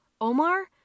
Omar